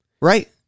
right